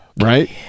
Right